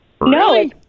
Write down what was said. No